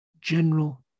general